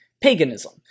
paganism